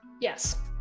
Yes